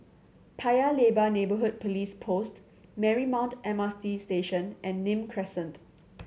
Paya Lebar Neighbourhood Police Post Marymount M R T Station and Nim Crescent